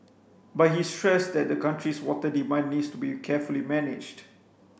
but he stressed that the country's water demand needs to be carefully managed